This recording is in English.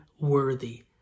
worthy